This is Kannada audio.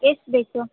ಎಷ್ಟು ಬೇಕು